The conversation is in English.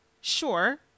sure